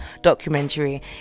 documentary